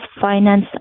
finance